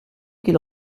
qu’il